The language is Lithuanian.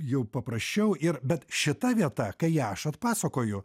jau paprasčiau ir bet šita vieta kai ją aš atpasakoju